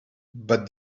but